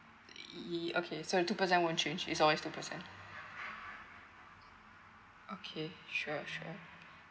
y~ okay so the two percent won't change it's always two percent okay sure sure